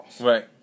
Right